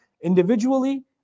individually